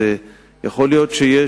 יכול להיות שיש